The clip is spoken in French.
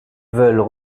veulent